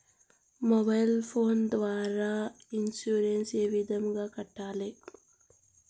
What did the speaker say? mobile phone ద్వారా insurance ఏ విధంగా కట్టాలి